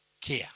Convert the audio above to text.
care